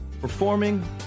Performing